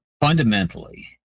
Fundamentally